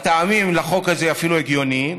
הטעמים לחוק הזה אפילו הגיוניים,